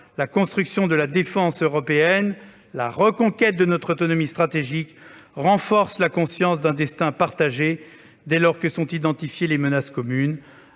la construction de la défense européenne et la reconquête de notre autonomie stratégique renforcent la conscience d'un destin partagé, dès lors que sont identifiées des menaces communes.